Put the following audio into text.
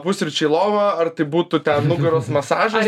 pusryčiai į lovą ar tai būtų ten nugaros masažas